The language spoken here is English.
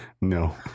No